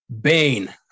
Bane